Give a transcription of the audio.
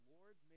Lord